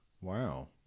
Wow